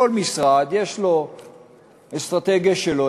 כל משרד יש לו אסטרטגיה שלו,